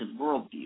worldview